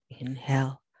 Inhale